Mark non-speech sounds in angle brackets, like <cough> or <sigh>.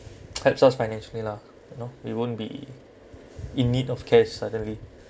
<noise> helps us financially lah you know we won't be in need of cash suddenly